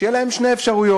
שיהיו להם שתי אפשרויות: